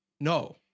no